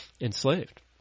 enslaved